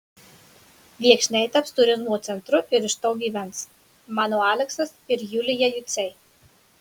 viekšniai taps turizmo centru ir iš to gyvens mano aleksas ir julija juciai